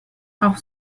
auch